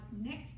Next